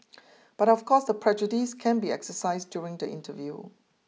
but of course the prejudice can be exercised during the interview